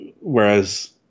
whereas